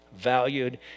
valued